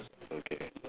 okay